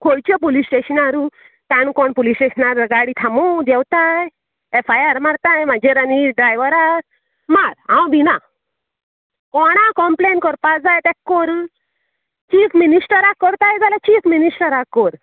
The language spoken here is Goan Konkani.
खोयच्या पुलीस स्टेशनारू काणकोण पुलीस स्टेशनार गाडी थांमो देवताय एफ आय आर मारताय म्हाजेर आनी डायव्हरार मार हांव भिना कोणा कंप्लेन करपाक तेक कोर चीफ मिनीस्टराक कोरताय जाल्यार चीफ मिनीस्टराक कोर